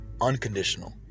unconditional